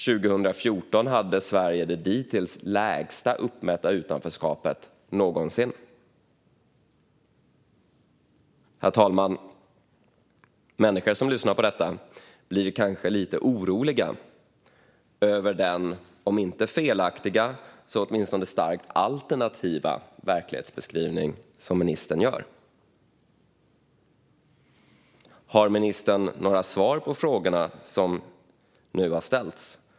År 2014 hade Sverige det dittills lägsta uppmätta utanförskapet någonsin. Herr talman! Människor som lyssnar på detta blir kanske lite oroliga över ministerns om inte felaktiga så åtminstone starkt alternativa verklighetsbeskrivning. Har ministern några svar på de frågor som har ställts?